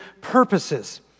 purposes